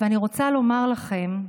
אני רוצה לומר לכם,